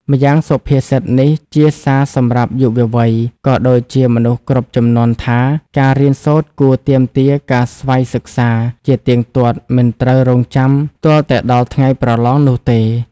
ម្យ៉ាងសុភាសិតនេះ ជាសារសម្រាប់យុវវ័យ ក៏ដូចជាមនុស្សគ្រប់ជំនាន់ថា ការរៀនសូត្រគួរទាមទារការស្វ័យសិក្សាជាទៀងទាត់មិនត្រូវរងចាំទាល់តែដល់ថ្ងៃប្រឡងនោះទេ។